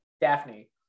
Daphne